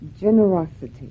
generosity